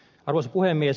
arvoisa puhemies